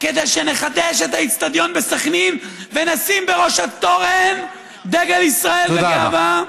כדי שנחדש את האצטדיון בסח'נין ונשים בראש התורן דגל ישראל בגאווה.